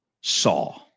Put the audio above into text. saw